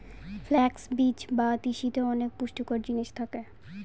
flux বীজ বা তিসিতে অনেক পুষ্টিকর জিনিস থাকে